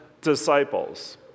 disciples